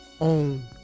own